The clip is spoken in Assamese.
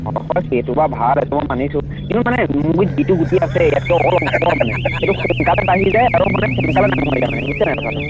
অঁ হয় সেইটো বাৰু ভাল সেইটো মই মানিছোঁ কিন্তু মানে মোৰ গুৰিত যিটো গুটি আছে ইয়াতকৈ অলপ ওপৰত মানে সেইটো সোনকালে বাঢ়ি যায় আৰু মানে সোনকালে ডাঙৰ হৈ যায় মানে বুজিছেনে নাই কথাটো